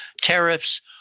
tariffs